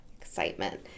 excitement